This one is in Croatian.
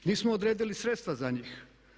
Nismo odredili sredstva za njih.